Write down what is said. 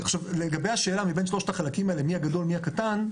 לגבי השאלה מבין שלושת החלקים האלה מי הגדול ומי הקטן,